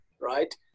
right